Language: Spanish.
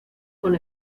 con